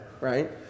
right